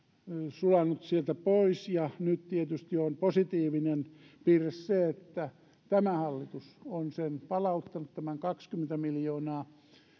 sulanut sieltä pois nyt tietysti on positiivinen piirre se että tämä hallitus on palauttanut tämän kaksikymmentä miljoonaa